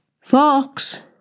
Fox